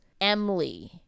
Emily